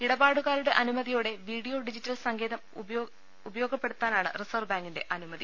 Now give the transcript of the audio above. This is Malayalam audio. ഇടപാടുകാരുടെ അനുമതി യോടെ വീഡിയോ ഡിജിറ്റൽ സങ്കേതം ഉപയോഗപ്പെടുത്താ നാണ് റിസർവ് ബാങ്കിന്റെ അനുമതി